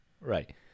right